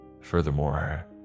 Furthermore